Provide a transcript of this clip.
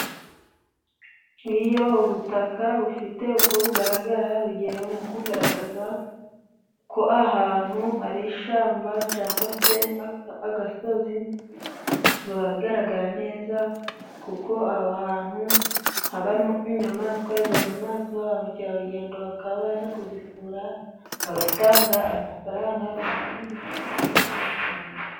Iyo ubutaka bufite uko bugaragara, rugero nko kugaragaza ko ahantu ari ishyamba cyangwa se agasozi, biba bigaragara neza kuko aho ahantu habamo inyamaswa, izo nyamaswa ba mukerarugendo bakaba baza kuzisura bagatanga amafaranga.